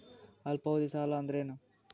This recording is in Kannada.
ಅಲ್ಪಾವಧಿ ಸಾಲ ಅಂದ್ರ ಏನು?